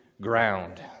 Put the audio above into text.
ground